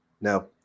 No